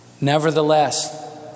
Nevertheless